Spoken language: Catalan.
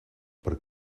per